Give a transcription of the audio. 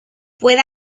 puede